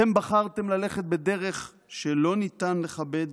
אתם בחרתם ללכת בדרך שלא ניתן לכבד,